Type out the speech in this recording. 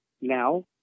Now